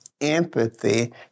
empathy